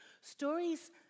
Stories